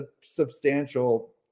substantial